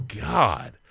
God